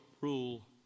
rule